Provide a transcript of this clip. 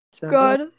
God